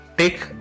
take